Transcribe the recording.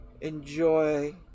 enjoy